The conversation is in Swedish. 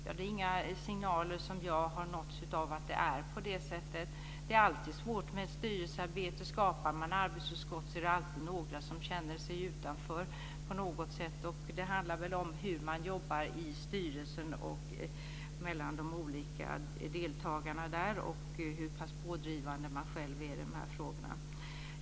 Jag har inte nåtts av några signaler att det är på det sättet. Det är alltid svårt med styrelsearbete. Skapar man arbetsutskott är det alltid några som känner sig utanför på något sätt. Det handlar om hur man jobbar i styrelsen och mellan de olika deltagarna där och hur pass pådrivande man själv är i de frågorna.